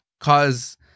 cause